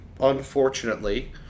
unfortunately